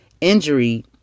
injury